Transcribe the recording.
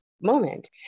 moment